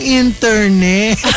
internet